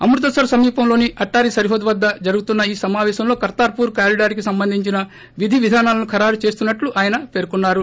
అమృత్సర్ సమీపంలోని అట్టారీ సరిహద్దు వద్ద జరుగుతున్న ఈ సమాపేశంలో కర్తార్పూర్ కారిడార్కి సంబంధించిన విధివిధానాలను ఖరారు చేయనున్నట్టు ఆయన పేర్కొన్నారు